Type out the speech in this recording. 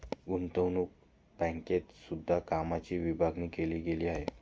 गुतंवणूक बँकेत सुद्धा कामाची विभागणी केली गेली आहे